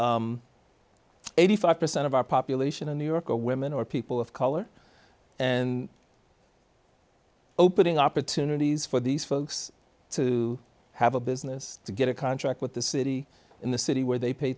eighty five percent of our population in new york are women or people of color and opening opportunities for these folks to have a business to get a contract with the city in the city where they pay